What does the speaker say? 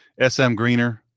smgreener